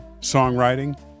songwriting